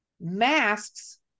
masks